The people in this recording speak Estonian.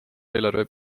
eelarve